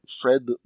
Fred